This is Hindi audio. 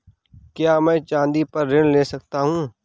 क्या मैं चाँदी पर ऋण ले सकता हूँ?